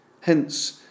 hence